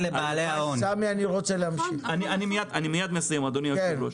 אני מיד מסיים אדוני היושב ראש,